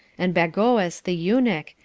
and bagoas the eunuch,